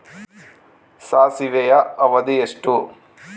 ಸಾಸಿವೆಯ ಅವಧಿ ಎಷ್ಟು?